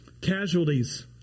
casualties